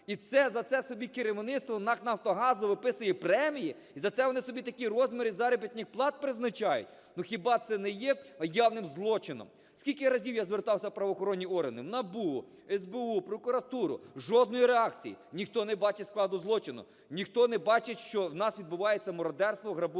І це… за це собі керівництво НАК "Нафтогазу" виписує премії? І за це вони собі такі розміри заробітних плат призначають? Ну хіба це не є явним злочином? Скільки разів я звертався в правоохоронні органи: в НАБУ, в СБУ, в прокуратуру. Жодної реакції. Ніхто не бачить складу злочину. Ніхто не бачить, що у нас відбувається мародерство, грабунок